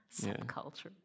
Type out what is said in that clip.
Subculture